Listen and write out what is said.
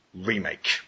Remake